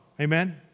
Amen